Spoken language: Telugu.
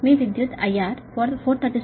me current IR 437